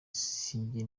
sinjya